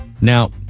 Now